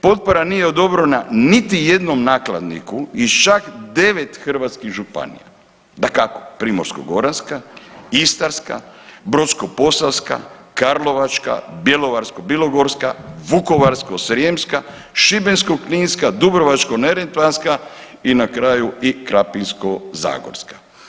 Potpora nije odobrena niti jednom nakladniku iz čak 9 hrvatskih županija, dakako Primorsko-goranska, Istarska, Brodsko-posavska, Karlovačka, Bjelovarsko-bilogorska, Vukovarsko-srijemska, Šibensko-kninska, Dubrovačko-neretvanska i na kraju i Krapinsko-zagorska.